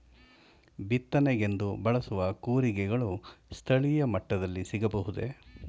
ಬಿತ್ತನೆಗೆಂದು ಬಳಸುವ ಕೂರಿಗೆಗಳು ಸ್ಥಳೀಯ ಮಟ್ಟದಲ್ಲಿ ಸಿಗಬಹುದೇ?